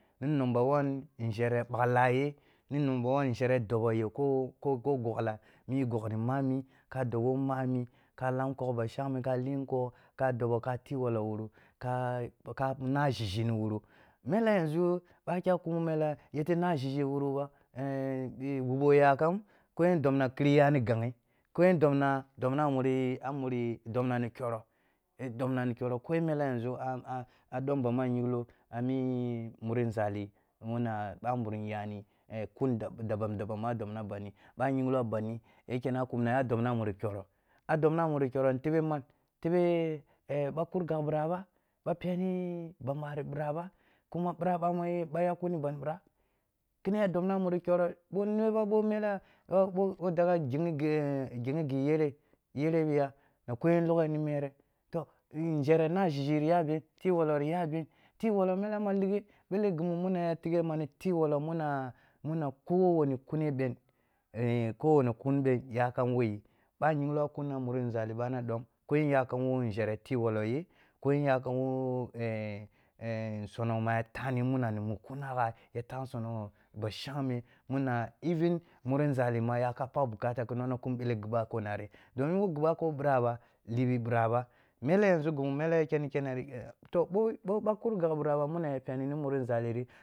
Ni number one nȝhere bagh lah ye nin uber me nȝhere dobo yo wo ko ko goghla ni goghni mami ka dob wo mami, ka lahm nkog ba shangme, ka lih nkog, ka dobo ka tigh wolo wuru, ka, ka eh na ȝhiȝhi ni wuru. Mele yanza ɓa kyah kumo mela yete nah ȝhiȝhi wuru ba wubo yakam, ko yen dobna khirhi ya ni ga eh, ko yen domna dobna a muri dobna ni koroh, dobna ni keroh ko yen yanzu a ɗom ban mu a yinglo, ami, ami muri nȝali muna ɓamburum yani kuneh daban daban ma dobna a bandi, bo a yingho a bandi ya kyah kubnaya a doba a muri keroh a dobna a muri keroh ni tebe man, tebe, eh ba kur gagh ɓiraba, ɓa peni ban ɓari ɓiraba, kuma ɓira ɓa mu ba yak kuni ban ɓira, kiniyi a duba muri keroh ri, ɓo neba mela ɓo ghiyi ghi, ghiyi ghi yebe, yebe bi ya, na ko yen highe ni mere, toh, eh nȝhere nah ȝhiȝhi ya be, tgh wolori ya be tigh wolo mela ma lighe bele ghi mu ghi muna tighe mani tighe wolo mina, muna ko wani kuneh ɓen, eh ko wani kun ɓen yakam wo yi, bo a yinglo a kuni ba muri nzal- ɓana dom, ko yen yaka wo nzhere tigh wolo ye, ko yen yako wo nsowo muya tani muna mu kunagha ya tah nsono bashangme muna eulu muri nȝali ma ya ka pagh bukata ki nona kum bele ghi ɓako nari, domin ɓo ghi ɓako ɓira ba, libi ɓira ba, meli yanzu ghi mele ya keni kene ri, toh boba kur gagh ɓira ba muna ya peni muri nȝaliri.